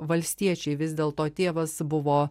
valstiečiai vis dėlto tėvas buvo